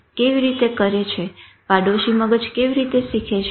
કેવી રીતે કરે છે પાડોશી મગજ કેવી રીતે શીખે છે